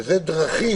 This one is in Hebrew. זה: דרכים.